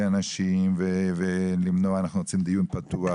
אנשים ולמנוע; אנחנו רוצים דיון פתוח,